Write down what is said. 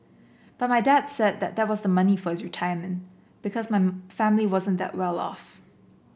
but my dad said that that was the money for his retirement because my family wasn't that well off